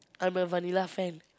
I'm a vanilla fan